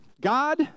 God